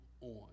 on